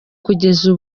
kugeza